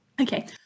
Okay